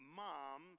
mom